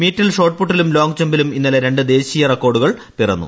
മീറ്റിൽ ഷോട്ട്പുട്ടിലും ലോങ്ങ്ജമ്പിലും ഇന്നലെ രണ്ട് ദേശീയ റെക്കോഡുകൾ പിറന്നു